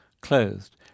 clothed